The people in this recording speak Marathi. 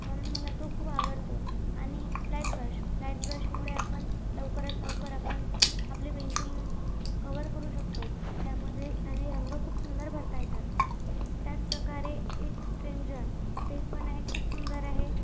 म्हणून मला तो खूप आवडतो आणि एक फ्लॅट ब्रश फ्लॅट ब्रशमुळे आपण लवकरात लवकर आपण आपली पेंटिंग कवर करू शकतो त्यामध्ये त्याने रंग खूप सुंदर भरता येतात त्याचप्रकारे इट्स्ट्रेंजर ते पण आहे खूप सुंदर आहे